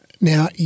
Now